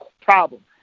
problem